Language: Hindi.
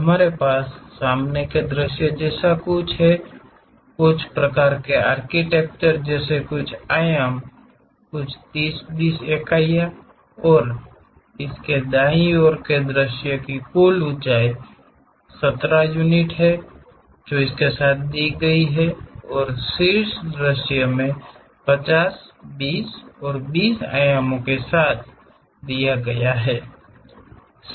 हमारे पास सामने का दृश्य जैसा कुछ है कुछ प्रकार के आर्किटेक्चर जैसे कुछ आयाम कुछ 30 20 इकाइयाँ और इसके दाईं ओर का दृश्य कुल ऊंचाई 70 यूनिट के साथ दिया गया है और शीर्ष दृश्य 50 20 और 20 आयामों के साथ दिया गया है